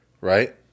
Right